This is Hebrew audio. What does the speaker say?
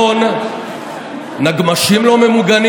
על חשבון נגמ"שים לא ממוגנים,